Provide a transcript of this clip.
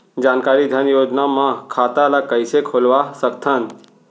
जानकारी धन योजना म खाता ल कइसे खोलवा सकथन?